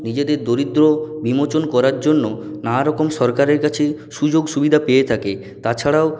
নিজেদের দরিদ্র বিমোচন করার জন্য নানারকম সরকারের কাছে সুযোগ সুবিধা পেয়ে থাকে তাছাড়াও